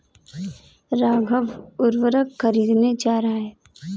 राघव उर्वरक खरीदने जा रहा है